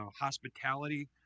hospitality